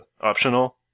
optional